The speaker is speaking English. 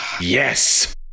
yes